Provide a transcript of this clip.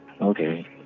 Okay